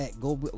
go